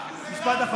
זה גנץ במקום